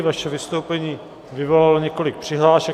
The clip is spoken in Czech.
Vaše vystoupení vyvolalo několik přihlášek.